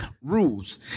Rules